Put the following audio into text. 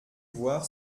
voir